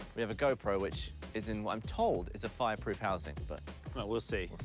we have a gopro which is in what i'm told is a fireproof housing, but we'll see.